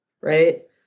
Right